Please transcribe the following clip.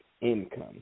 income